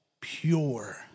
pure